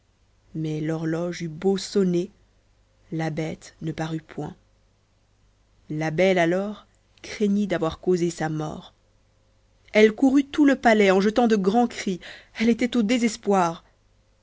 mais l'horloge eut beau sonner la bête ne parut point la belle alors craignit d'avoir causé sa mort elle courut tout le palais en jetant de grands cris elle était au désespoir